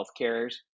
healthcare